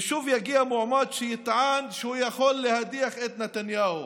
ושוב יגיע מועמד שיטען שהוא יכול להדיח את נתניהו,